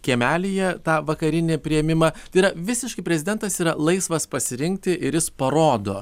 kiemelyje tą vakarinį priėmimą yra visiškai prezidentas yra laisvas pasirinkti ir jis parodo